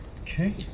Okay